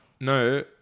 no